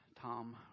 Tom